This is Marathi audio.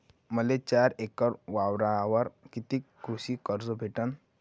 मले चार एकर वावरावर कितीक कृषी कर्ज भेटन?